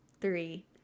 three